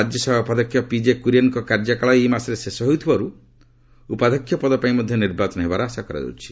ରାଜ୍ୟସଭା ଉପାଧ୍ୟକ୍ଷ ପିଜେ କୁରିଏନ୍ଙ୍କ କାର୍ଯ୍ୟକାଳ ଏହି ମାସରେ ଶେଷ ହେଉଥିବାରୁ ଉପାଧ୍ୟକ୍ଷ ପଦ ପାଇଁ ମଧ୍ୟ ନିର୍ବାଚନ ହେବାର ଆଶା କରାଯାଉଛି